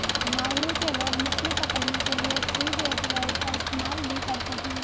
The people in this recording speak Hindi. नाउरू के लोग मछली पकड़ने के लिए फ्रिगेटबर्ड का इस्तेमाल भी करते हैं